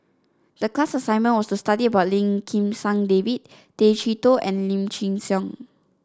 the class assignment was to study about Lim Kim San David Tay Chee Toh and Lim Chin Siong